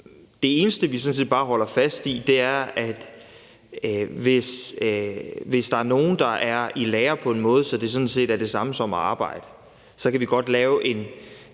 sådan set bare holder fast i, er, at hvis der er nogle, der er i lære på en måde, så det sådan set er det samme som at arbejde, så kan vi godt lave en